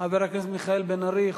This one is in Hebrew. חבר הכנסת מיכאל בן-ארי.